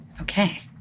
Okay